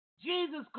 Jesus